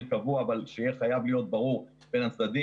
קבוע אבל שיהיה חייב להיות בין הצדדים.